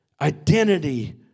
Identity